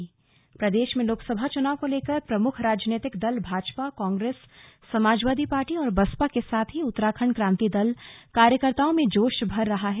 slug राजनीतिक तैयारी प्रदेश में लोकसभा चुनाव को लेकर प्रमुख राजनीतिक दल भाजपा कांग्रेस समाजवादी पार्टी और बसपा के साथ ही उत्तराखंड क्रांति दल कार्यकर्ताओं में जोश भर रहा है